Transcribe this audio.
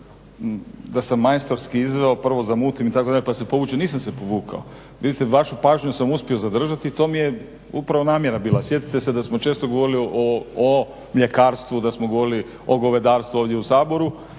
da sam majstorski izveo, prvo zamutim itd. pa se povučem, nisam se povukao. Vidite vašu pažnju sam uspio zadržati i to mi je upravo namjera bila. Sjetite se da smo često govorili o mljekarstvu, da smo govorili o govedarstvu ovdje u Saboru